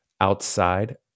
outside